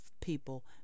people